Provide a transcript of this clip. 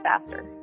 faster